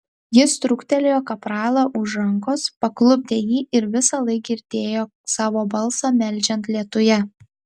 jis trūktelėjo kapralą už rankos paklupdė jį ir visąlaik girdėjo savo balsą meldžiant lietuje